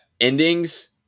endings